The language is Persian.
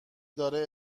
داره